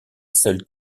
seule